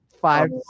five